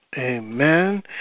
Amen